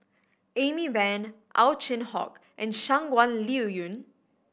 Amy Van Ow Chin Hock and Shangguan Liuyun